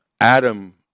Adam